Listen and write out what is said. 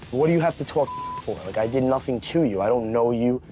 what do you have to talk for? like i did nothing to you, i don't know you.